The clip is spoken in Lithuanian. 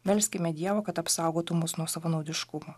melskime dievo kad apsaugotų mus nuo savanaudiškumo